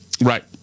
right